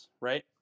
right